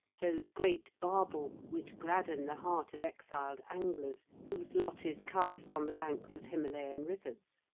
those great barbel which gladden the heart of exiled anglers whose lot is cast on the banks of himalayan rivers.